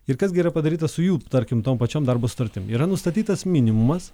ir kas gi yra padaryta su jų tarkim tom pačiom darbo sutartim yra nustatytas minimumas